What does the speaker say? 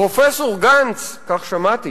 פרופסור גנץ, כך שמעתי